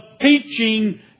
teaching